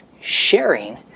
sharing